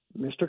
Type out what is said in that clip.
Mr